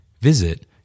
Visit